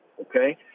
okay